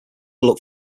looked